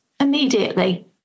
Immediately